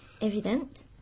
evident